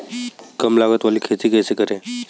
कम लागत वाली खेती कैसे करें?